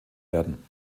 werden